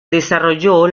desarrolló